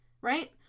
right